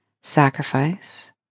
sacrifice